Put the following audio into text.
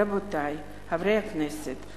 רבותי חברי הכנסת,